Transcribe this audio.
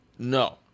No